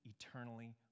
eternally